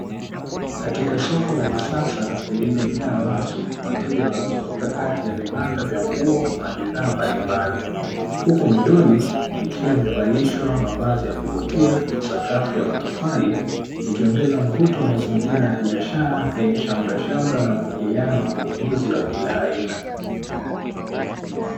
Katika soko la kisasa lililojaa watu wateja wanazunguka kati ya vibanda vya nguo na bidhaa mbalimbali, huku midoli ikiwa imevalishwa mavazi ya kuvutia na sakafu ya matofali ikiongeza mvuto wa mazingira ya biashara yenye shamrashamra na mwingiliano manunuzi wa kila aina.